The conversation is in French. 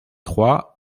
trois